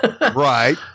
Right